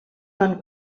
van